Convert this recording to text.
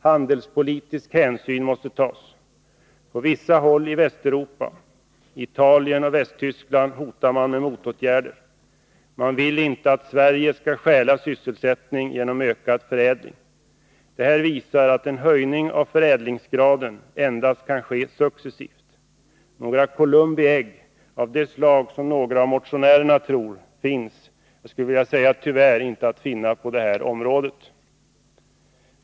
Handelspolitisk hänsyn måste tas. På vissa håll i Västeuropa — Italien och Västtyskland — hotar man med motåtgärder. Man vill inte att Sverige skall ”stjäla” sysselsättning genom ökad förädling. Det här visar att en höjning av förädlingsgraden endast kan ske successivt. Några Columbi ägg av det slag som några av motionärerna tror på, står — jag skulle vilja säga tyvärr — inte att finna på det här området.